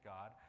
God